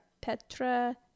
Petra